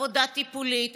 עבודה טיפולית,